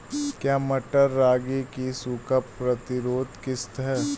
क्या मटर रागी की सूखा प्रतिरोध किश्त है?